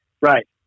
Right